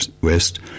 West